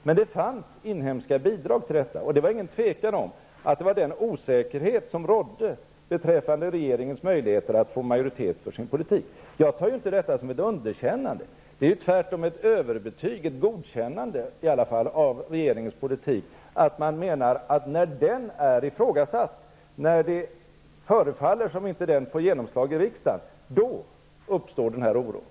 Men det fanns inhemska bidrag till detta. Det var inget tvivel om att ett sådant var den osäkerhet som rådde beträffande regeringens möjligheter att få majoritet för sin politik. Jag tar inte detta som ett underkännande. Det är tvärtom ett överbetyg, i varje fall ett godkännande av regeringens politik. Man menar att när den är ifrågasatt, när det förefaller som om den inte får genomslag i riksdagen, då uppstår den här oron.